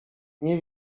nie